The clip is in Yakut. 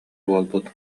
буолбут